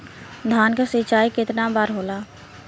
धान क सिंचाई कितना बार होला?